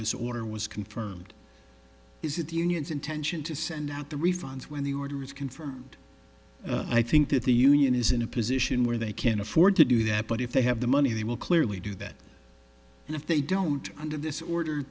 this order was confirmed is it the union's intention to send out the refunds when the order is confirmed i think that the union is in a position where they can afford to do that but if they have the money they will clearly do that and if they don't under this order